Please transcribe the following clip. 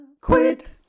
Quit